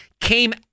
came